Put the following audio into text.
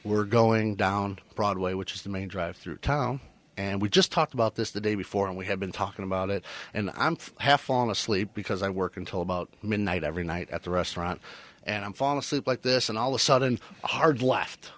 we're going down broadway which is the main drive through town and we just talked about this the day before and we have been talking about it and i'm half asleep because i work until about midnight every night at the restaurant and i'm falling asleep like this and all the sudden hard left